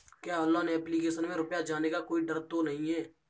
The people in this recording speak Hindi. क्या ऑनलाइन एप्लीकेशन में रुपया जाने का कोई डर तो नही है?